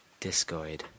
Discoid